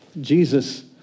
Jesus